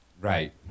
Right